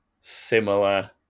similar